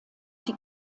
sie